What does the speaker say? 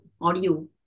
audio